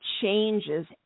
changes